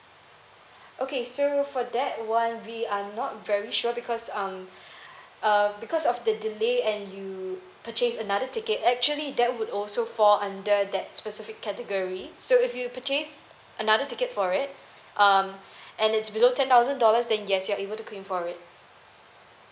okay so for that one we are not very sure because um uh because of the delay and you purchase another ticket actually that would also fall under that specific category so if you purchase another ticket for it um and it's below ten thousand dollars then yes you are able to claim for it